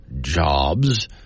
jobs